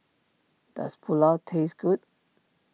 does Pulao taste good